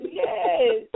yes